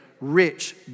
rich